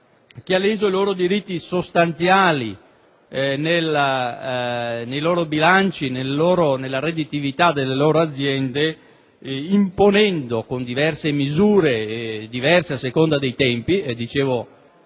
che ha leso i loro diritti sostanziali, i loro bilanci, la redditività delle loro aziende, imponendo misure diverse a seconda dei tempi. Ricordavo